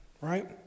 right